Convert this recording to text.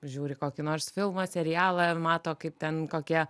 žiūri kokį nors filmą serialą ir mato kaip ten kokie